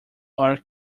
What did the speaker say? are